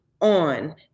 on